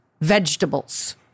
vegetables